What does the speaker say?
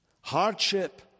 Hardship